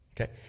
Okay